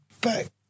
back